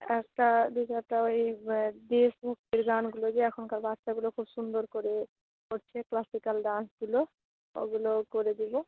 একটা যদি একটা ওই দেশভক্তির গানগুলো যে এখনকার বাচ্চাগুলো খুব সুন্দর করে করছে ক্লাসিকাল ডান্সগুলো ওগুলো করে দিবো